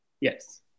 Yes